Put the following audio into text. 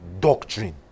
doctrine